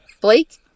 Blake